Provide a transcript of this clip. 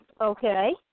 okay